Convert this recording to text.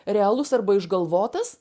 realus arba išgalvotas